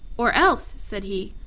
or else, said he,